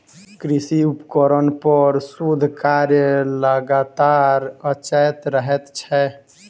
कृषि उपकरण पर शोध कार्य लगातार चलैत रहैत छै